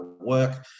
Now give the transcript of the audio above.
work